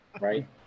right